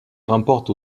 remporte